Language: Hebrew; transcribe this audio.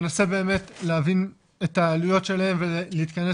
ננסה להבין את העלויות שלהם ולהתכנס